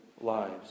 lives